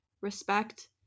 respect